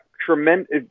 tremendous